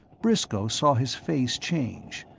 briscoe saw his face change,